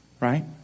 Right